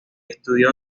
estudió